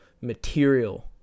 material